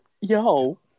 yo